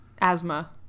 Asthma